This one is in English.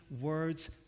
words